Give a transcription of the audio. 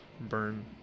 Burn